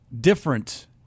different